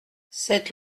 cette